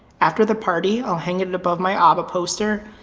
after the party, i'll hang it above my abba poster.